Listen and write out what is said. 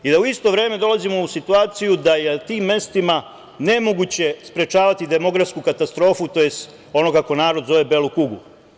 U isto vreme, dolazimo u situaciju da je u tim mestima nemoguće sprečavati demografsku katastrofu, tj. kako narod zove belu kugu.